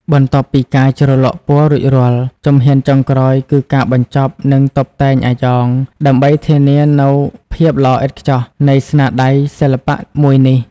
បន្ទាប់ពីការជ្រលក់ពណ៌រួចរាល់ ជំហានចុងក្រោយគឺការបញ្ចប់និងតុបតែងអាយ៉ងដើម្បីធានានូវភាពល្អឥតខ្ចោះនៃស្នាដៃសិល្បៈមួយនេះ។